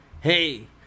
Hey